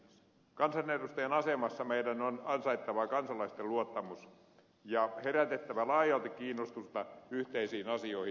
kansanedustajan asemassa meidän on ansaittava kansalaisten luottamus ja herätettävä laajalti kiinnostusta yhteisiin asioihin